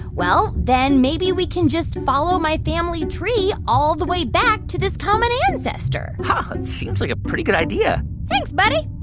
well, then maybe we can just follow my family tree all the way back to this common ancestor seems like a pretty good idea thanks, buddy